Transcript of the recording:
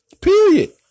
Period